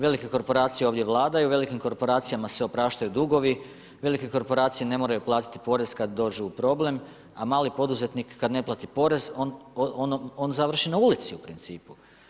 Velike korporacije ovdje vladaju, velikim korporacijama se opraštaju dugovi, velike korporacije ne moraju platiti porez kad dođu u problem, a mali poduzetnik kad ne plati porez, on završi na ulici u principu.